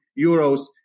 euros